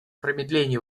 промедлений